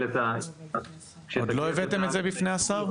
את ה --- זה עוד לא הובא בפני השר?